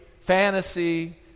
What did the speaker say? fantasy